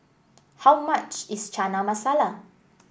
how much is Chana Masala